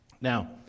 Now